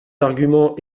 arguments